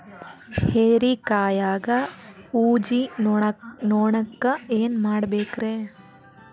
ಹೇರಿಕಾಯಾಗ ಊಜಿ ನೋಣಕ್ಕ ಏನ್ ಮಾಡಬೇಕ್ರೇ?